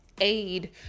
aid